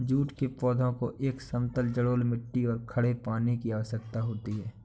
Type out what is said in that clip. jute के पौधे को एक समतल जलोढ़ मिट्टी और खड़े पानी की आवश्यकता होती है